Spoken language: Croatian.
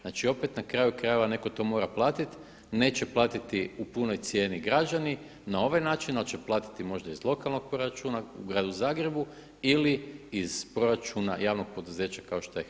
Znači opet na kraju krajeva netko to mora platiti, neće platiti u punoj cijeni građani na ovaj način ali će platiti možda iz lokalnog proračuna u gradu Zagrebu ili iz proračuna javnog poduzeća kao što je HEP.